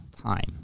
time